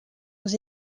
was